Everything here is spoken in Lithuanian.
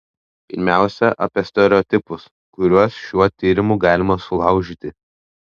pirmiausia apie stereotipus kuriuos šiuo tyrimu galima sulaužyti